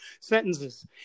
sentences